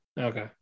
Okay